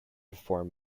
form